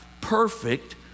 perfect